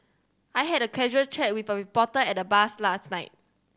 I had a casual chat with a reporter at the bar's last night